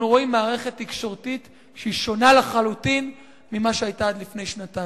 אנחנו רואים מערכת תקשורתית שהיא שונה לחלוטין ממה שהיה עד לפני שנתיים.